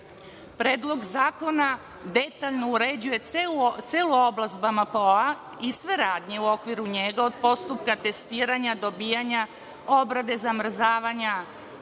zakona detaljno uređuje celu oblast BMPO-a i sve radnje u okviru nje, od postupka testiranja, dobijanja, obrade, zamrzavanja,